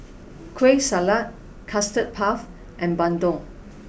Kueh Salat Custard Puff and Bandung